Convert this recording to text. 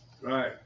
right